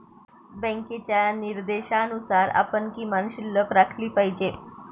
बँकेच्या निर्देशानुसार आपण किमान शिल्लक राखली पाहिजे